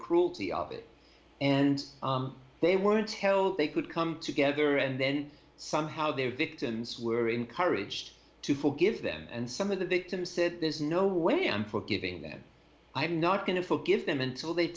cruelty of it and they were until they could come together and then somehow their victims were encouraged to forgive them and some of the victims said there's no way i'm forgiving them i'm not going to forgive them until they